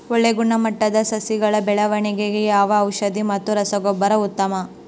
ಒಳ್ಳೆ ಗುಣಮಟ್ಟದ ಸಸಿಗಳ ಬೆಳವಣೆಗೆಗೆ ಯಾವ ಔಷಧಿ ಮತ್ತು ರಸಗೊಬ್ಬರ ಉತ್ತಮ?